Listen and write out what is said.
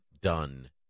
done